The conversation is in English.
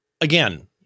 Again